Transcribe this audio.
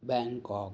Bangkok